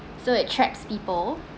so it traps people